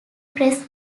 press